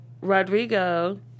Rodrigo